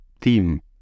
team